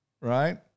right